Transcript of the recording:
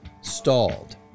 stalled